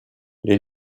les